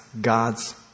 God's